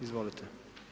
Izvolite.